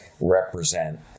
represent